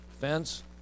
Fence